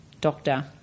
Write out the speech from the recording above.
doctor